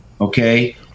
okay